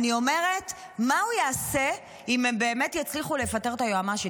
אני אומרת: מה הוא יעשה אם הם באמת יצליחו לפטר את היועמ"שית?